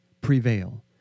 prevail